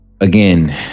again